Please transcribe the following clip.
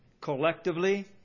collectively